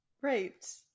right